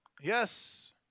Yes